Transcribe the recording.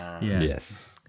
Yes